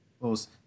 Close